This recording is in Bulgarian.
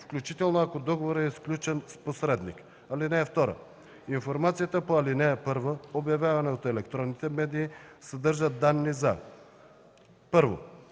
включително ако договорът е сключен с посредник. (2) Информацията по ал. 1, обявявана от електронните медии, съдържа данни за: 1.